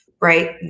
right